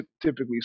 typically